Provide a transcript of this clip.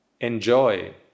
enjoy